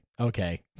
Okay